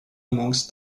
amongst